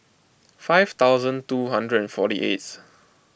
five thousand two hundred forty eight